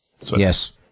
Yes